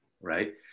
right